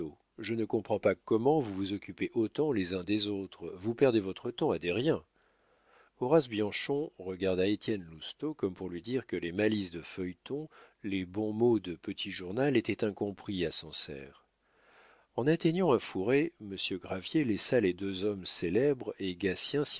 je ne comprends pas comment vous vous occupez autant les uns des autres vous perdez votre temps à des riens horace bianchon regarda étienne lousteau comme pour lui dire que les malices de feuilleton les bons mots de petit journal étaient incompris à sancerre en atteignant un fourré monsieur gravier laissa les deux hommes célèbres et